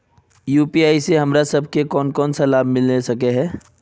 UPI से हमरा सब के कोन कोन सा लाभ मिलबे सके है?